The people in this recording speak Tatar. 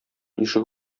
ишек